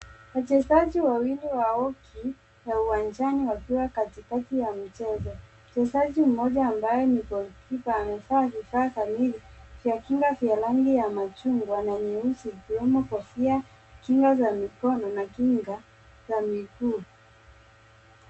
Wachezaji wawili wa hockey ya uwanjani wakiwa katikati ya mchezo . Mchezaji mmoja ambaye ni golikipa amevaa vifaa kamili vya kinga vya rangi ya machungwa na nyeusi ikiwemo kofia, kinga ya mikono na kinga ya miguu.